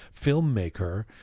filmmaker